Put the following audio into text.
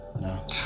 no